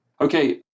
Okay